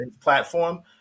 platform